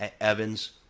Evans